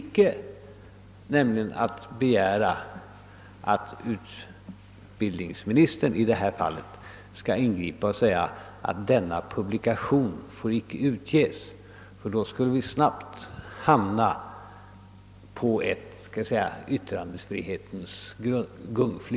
Däremot finns inte möjligheten att begära att utbildningsministern i detta fall skall ingripa och säga att denna publikation inte får utges, ty då skul le vi snabbt hamna på ett yttrandefrihetens gungfly.